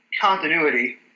continuity